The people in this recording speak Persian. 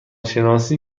شناسی